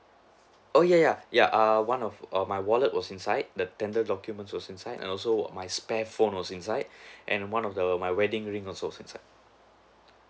oh ya ya ya um one of err my wallet was inside the tender documents was inside and also my spare phone was inside and one of the my wedding ring also was inside